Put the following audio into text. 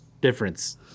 difference